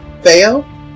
Fail